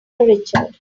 richard